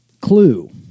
clue